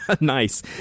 Nice